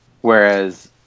whereas